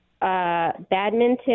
Badminton